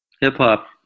Hip-hop